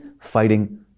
fighting